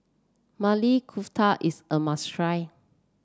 Maili Kofta is a must try